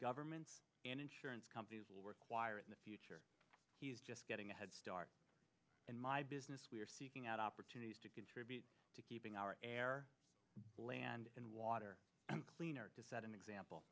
governments and insurance companies will require in the future he is just getting a head start in my business we are seeking out opportunities to contribute to keeping our air land and water and cleaner to set an example